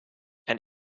and